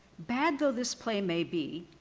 bad though this play may be,